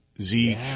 Zeke